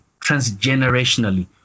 transgenerationally